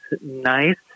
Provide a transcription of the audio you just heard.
nice